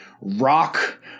Rock